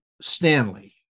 Stanley